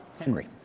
Henry